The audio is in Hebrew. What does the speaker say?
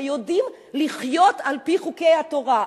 ויודעים לחיות על-פי חוקי התורה.